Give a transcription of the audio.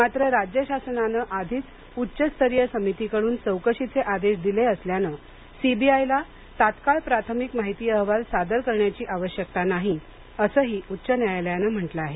मात्र राज्य शासनानं आधीच उच्चस्तरीय समितीकडून चौकशीचे आदेश दिले असल्यानं सीबीआयला तात्काळ प्राथमिक माहिती अहवाल सादर करण्याची आवश्यकता नाही असंही उच्च न्यायालयानं म्हटलं आहे